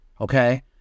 okay